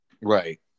right